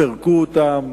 לא פירקו אותן,